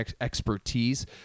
expertise